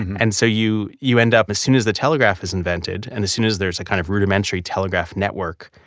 and so you you end up as soon as the telegraph is invented and as soon as there's a kind of rudimentary telegraph network,